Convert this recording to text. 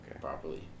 properly